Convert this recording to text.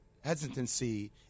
hesitancy